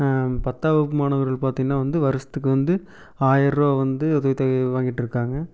பத்தாம் வகுப்பு மாணவர்கள் பார்த்திங்னா வந்து வருஷத்துக்கு வந்து ஆயர ரூவா வந்து உதவித்தொகை வாங்கிட்டு இருக்காங்க